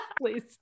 please